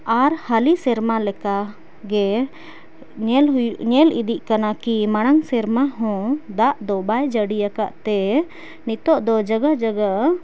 ᱟᱨ ᱦᱟᱹᱞᱤ ᱥᱮᱨᱢᱟ ᱞᱮᱠᱟ ᱜᱮ ᱧᱮᱞ ᱦᱩᱭᱩ ᱧᱮᱞ ᱤᱫᱤᱜ ᱠᱟᱱᱟ ᱠᱤ ᱢᱟᱲᱟᱝ ᱥᱮᱨᱢᱟ ᱦᱚᱸ ᱫᱟᱜ ᱫᱚ ᱵᱟᱭ ᱡᱟᱹᱲᱤᱭᱟᱠᱟᱫ ᱛᱮ ᱱᱤᱛᱳᱜ ᱫᱚ ᱡᱟᱜᱟ ᱡᱟᱜᱟ